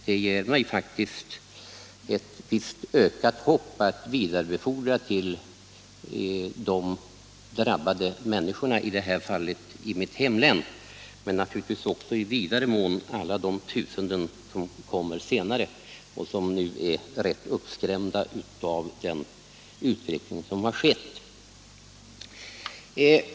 De ger mig faktiskt möjlighet att vidarebefordra något ökade förhoppningar till de drabbade människorna, i detta fall i mitt hemlän men naturligtvis också i vidare mån till alla de tusenden som kommer senare och som nu är rätt uppskrämda av den utveckling som har ägt rum.